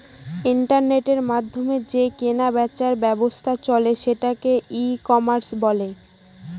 ইন্টারনেটের মাধ্যমে যে কেনা বেচার ব্যবসা চলে সেটাকে ই কমার্স বলে